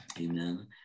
Amen